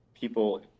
People